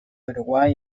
uruguay